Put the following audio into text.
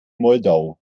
moldau